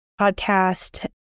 podcast